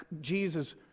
Jesus